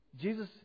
Jesus